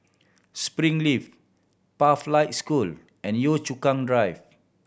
Springleaf Pathlight School and Yio Chu Kang Drive